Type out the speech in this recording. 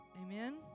Amen